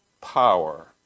power